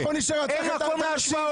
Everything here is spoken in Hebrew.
אסיר ביטחוני שרצח את הילדים שלנו.